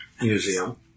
museum